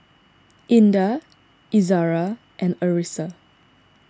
Indah Izara and Arissa